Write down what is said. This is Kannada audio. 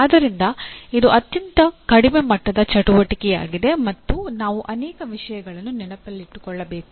ಆದ್ದರಿಂದ ಇದು ಅತ್ಯಂತ ಕಡಿಮೆ ಮಟ್ಟದ ಚಟುವಟಿಕೆಯಾಗಿದೆ ಮತ್ತು ನಾವು ಅನೇಕ ವಿಷಯಗಳನ್ನು ನೆನಪಿಟ್ಟುಕೊಳ್ಳಬೇಕು